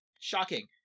shocking